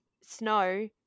snow